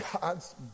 God's